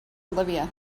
olivia